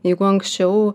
jeigu anksčiau